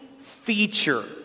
feature